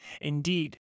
Indeed